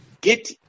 get